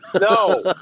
no